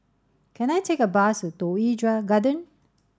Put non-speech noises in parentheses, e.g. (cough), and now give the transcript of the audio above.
can I take a bus Toh Yi (unintelligible) Garden